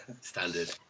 standard